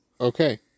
Okay